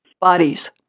bodies